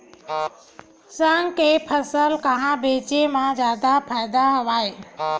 साग के फसल ल कहां बेचे म जादा फ़ायदा हवय?